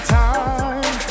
time